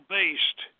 based